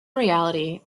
reality